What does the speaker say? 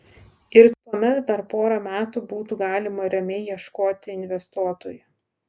ir tuomet dar porą metų būtų galima ramiai ieškoti investuotojų